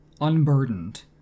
unburdened